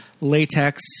latex